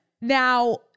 Now